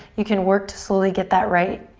you can work to slowly get that right,